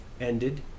ended